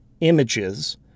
images